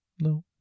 no